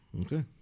Okay